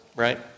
right